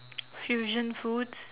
fusion foods